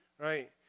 right